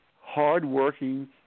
hardworking